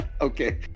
Okay